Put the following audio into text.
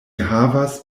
havas